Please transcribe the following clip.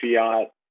fiat